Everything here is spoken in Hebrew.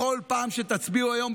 בכל פעם שתצביעו היום,